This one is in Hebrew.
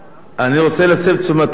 אני רוצה להסב את תשומת לבך.